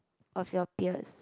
of your peers